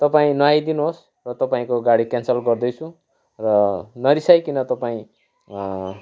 तपाईँ नआई दिनुहोस् र तपाईँको गाडी क्यान्सल गर्दैछु र नरिसाइकन तपाईँ